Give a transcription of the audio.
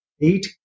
eight